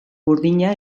burdina